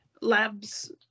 labs